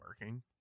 working